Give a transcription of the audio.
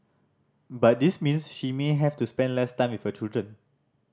but this means she may have to spend less time with her children